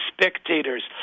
spectators